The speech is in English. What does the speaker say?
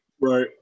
right